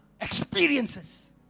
Experiences